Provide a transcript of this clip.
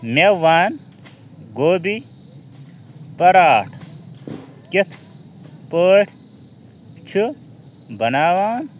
مےٚ وَن گوبی پَراٹھ کِتھ پٲٹھۍ چھِ بناوان